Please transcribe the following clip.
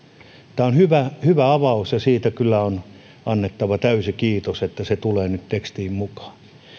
tämä on hyvä avaus ja siitä kyllä on annettava täysi kiitos että se tulee nyt tekstiin mukaan